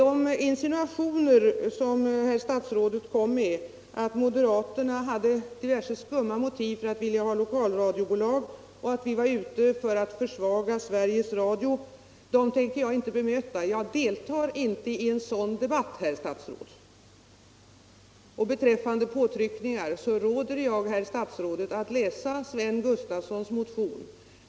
De insinuationer som herr statsrådet kom med, att moderaterna hade diverse skumma motiv för att vilja ha lokalradiobolag och att vi var ute efter att försvaga Sveriges Radio, tänker jag inte bemöta. Jag deltar inte i en sådan debatt, herr statsråd. Beträffande påtryckningar råder jag herr statsrådet att läsa Sven Gustafsons motion.